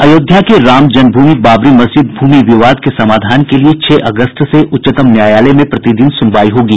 अयोध्या के राम जन्मभूमि बाबरी मस्जिद भूमि विवाद के समाधान के लिए छह अगस्त से उच्चतम न्यायालय में प्रतिदिन सूनवाई होगी